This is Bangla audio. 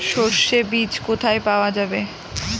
সর্ষে বিজ কোথায় পাওয়া যাবে?